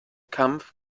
kampf